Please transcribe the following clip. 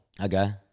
Okay